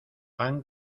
pan